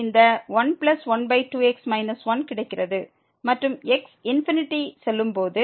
மற்றும் x ∞ செல்லும் போது